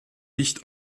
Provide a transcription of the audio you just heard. nicht